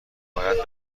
باید